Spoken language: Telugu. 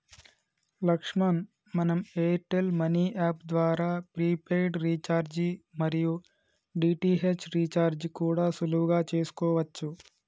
లక్ష్మణ్ మనం ఎయిర్టెల్ మనీ యాప్ ద్వారా ప్రీపెయిడ్ రీఛార్జి మరియు డి.టి.హెచ్ రీఛార్జి కూడా సులువుగా చేసుకోవచ్చు